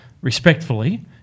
respectfully